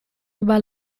über